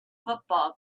football